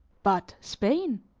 but spain?